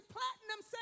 Platinum